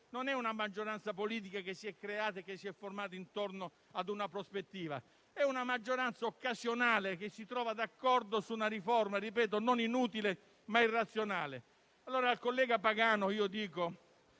non è una maggioranza politica che si è creata intorno a una prospettiva; è una maggioranza occasionale che si trova d'accordo su una riforma, ripeto, non inutile, ma irrazionale. Collega Pagano, non